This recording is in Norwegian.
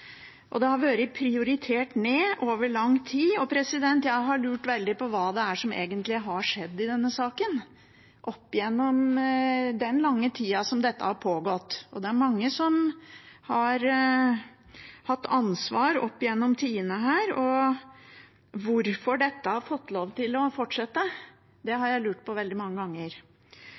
har vært prioritert ned over lang tid, og jeg har lurt veldig på hva det er som egentlig har skjedd i denne saken i den lange tida dette har pågått. Det er mange som har hatt ansvar opp gjennom tidene, og hvorfor dette har fått lov til å fortsette, har jeg lurt på veldig mange ganger.